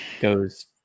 Goes